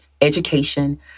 education